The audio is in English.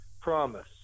promise